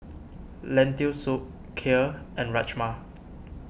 Lentil Soup Kheer and Rajma